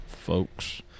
folks